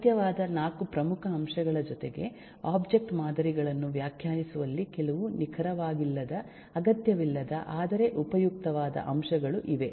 ಅಗತ್ಯವಾದ 4 ಪ್ರಮುಖ ಅಂಶಗಳ ಜೊತೆಗೆ ಒಬ್ಜೆಕ್ಟ್ ಮಾದರಿಗಳನ್ನು ವ್ಯಾಖ್ಯಾನಿಸುವಲ್ಲಿ ಕೆಲವು ನಿಖರವಾಗಿಲ್ಲದ ಅಗತ್ಯವಿಲ್ಲದ ಆದರೆ ಉಪಯುಕ್ತವಾದ ಅಂಶಗಳು ಇವೆ